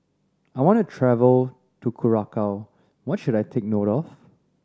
I want to travel to Curacao what should I take note of